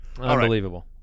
Unbelievable